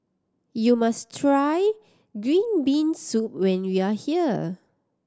you must try green bean soup when you are here